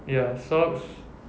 ya socks